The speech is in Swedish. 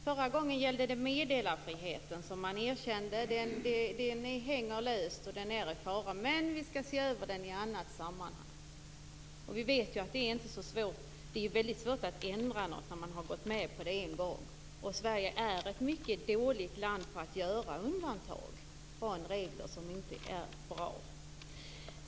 Förra gången gällde det meddelarfriheten, som man erkände. Den hänger nu löst och är i fara, men vi skall se över den i annat sammanhang. Vi vet att det är väldigt svårt ändra något när man har gått med på det en gång. Sverige är mycket dåligt på att begära undantag från regler som inte är bra.